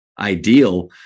ideal